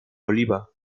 oliva